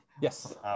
Yes